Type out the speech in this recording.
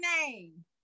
name